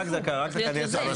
צריך להיות יוזם.